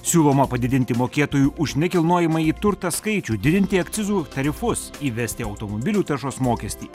siūloma padidinti mokėtojų už nekilnojamąjį turtą skaičių didinti akcizų tarifus įvesti automobilių taršos mokestį